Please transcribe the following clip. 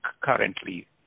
currently